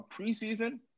preseason